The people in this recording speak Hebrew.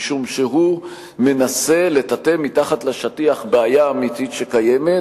משום שהוא מנסה לטאטא מתחת לשטיח בעיה אמיתית שקיימת,